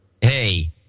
Hey